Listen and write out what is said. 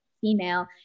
female